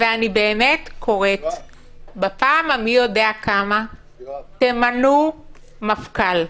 ואני באמת קוראת בפעם המי יודע כמה, תמנו מפכ"ל.